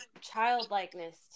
childlikeness